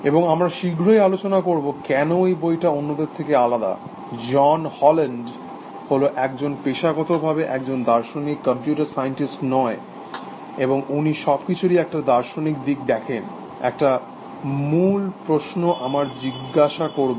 এবং আমরা শীঘ্রই আলোচনা করব কেন এই বইটা অন্যদের থেকে আলাদা জন হেজল্যান্ড হল একজন পেশাগতভাবে একজন দার্শনিক কম্পিউটার সায়েন্টিস্ট নয় এবং উনি সবকিছুরই একটা দার্শনিক দিক দেখেন একটা মূল প্রশ্ন আমরা জিজ্ঞাসা করব